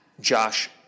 Josh